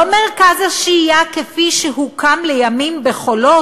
לא מרכז השהייה כפי שהוקם לימים ב"חולות"